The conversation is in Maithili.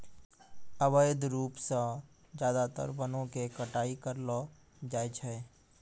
अवैध रूप सॅ ज्यादातर वनों के कटाई करलो जाय छै